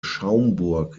schaumburg